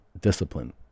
discipline